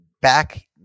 back –